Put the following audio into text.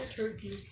turkey